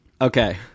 Okay